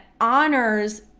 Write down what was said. honors